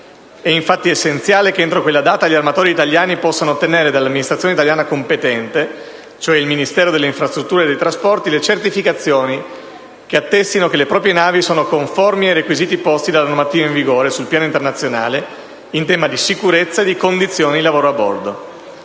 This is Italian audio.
È infatti essenziale che, entro quella data, gli armatori italiani possano ottenere dall'amministrazione italiana competente, cioè dal Ministero delle infrastrutture e dei trasporti, le certificazioni che attestino che le proprie navi sono conformi ai requisiti posti dalla normativa in vigore, sul piano internazionale, in tema di sicurezza e di condizioni di lavoro a bordo.